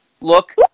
look